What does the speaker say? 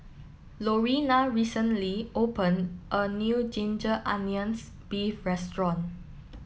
Lorena recently opened a new Ginger Onions Beef Restaurant